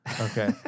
Okay